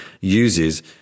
uses